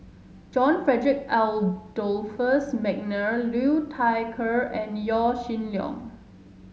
John Frederick Adolphus McNair Liu Thai Ker and Yaw Shin Leong